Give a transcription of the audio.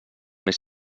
més